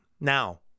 Now